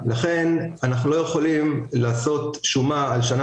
לכן אנחנו לא יכולים לעשות שומה על שנה